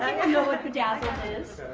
i mean know what bedazzled is.